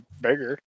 bigger